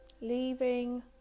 leaving